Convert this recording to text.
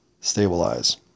stabilize